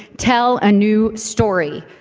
tell a new story.